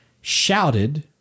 shouted